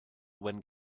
when